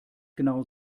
genau